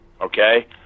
Okay